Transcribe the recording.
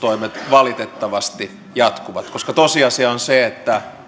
valitettavasti jatkuvat koska tosiasia on se että